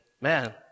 man